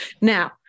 now